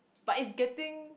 but it's getting